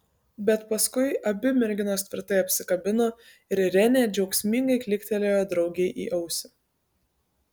bet paskui abi merginos tvirtai apsikabino ir renė džiaugsmingai klyktelėjo draugei į ausį